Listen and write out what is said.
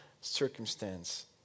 circumstance